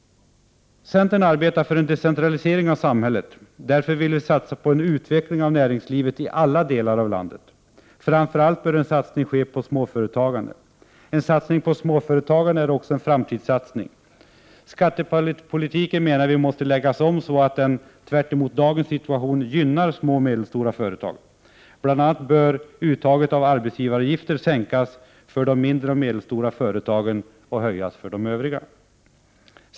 Centern arbetar för en decentralisering av samhället. Därför vill vi satsa på en utveckling av näringslivet i alla delar av landet. Framför allt bör en satsning ske på småföretagandet. Det är också en framtidssatsning. Skattepolitiken måste läggas om så att den, tvärtemot dagens situation, gynnar småoch medelstora företag. Bl.a. bör uttaget av arbetsgivaravgifter sänkas för de mindre och medelstora företagen och höjas för de övriga.